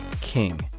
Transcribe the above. King